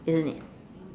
isn't it